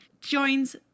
joins